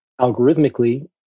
algorithmically